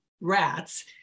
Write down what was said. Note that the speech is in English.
rats